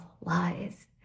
lies